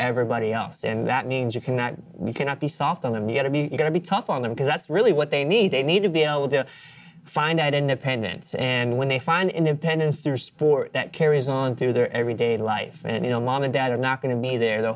everybody else and that means you cannot you cannot be soft on them yet to be going to be tough on them because that's really what they need they need to be able to find that independence and when they find independence through sport that carries on through their everyday life and you know mom and dad are not going to be there the